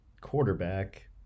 quarterback